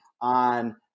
on